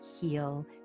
heal